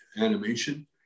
animation